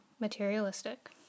materialistic